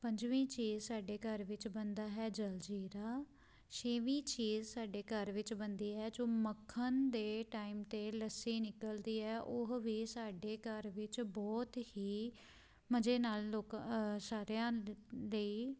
ਪੰਜਵੀਂ ਚੀਜ਼ ਸਾਡੇ ਘਰ ਵਿੱਚ ਬਣਦਾ ਹੈ ਜਲਜੀਰਾ ਛੇਵੀ ਚੀਜ਼ ਸਾਡੇ ਘਰ ਵਿੱਚ ਬਣਦੀ ਹੈ ਜੋ ਮੱਖਣ ਦੇ ਟਾਈਮ 'ਤੇ ਲੱਸੀ ਨਿਕਲਦੀ ਹੈ ਉਹ ਵੀ ਸਾਡੇ ਘਰ ਵਿੱਚ ਬਹੁਤ ਹੀ ਮਜ਼ੇ ਨਾਲ ਲੋਕ ਸਾਰਿਆਂ ਦ ਲਈ